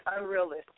unrealistic